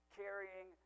carrying